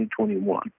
2021